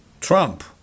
trump